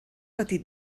patit